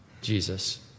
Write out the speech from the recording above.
Jesus